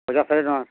ଇ'ଟା ଶହେ ଟଙ୍କା